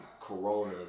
Corona